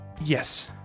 Yes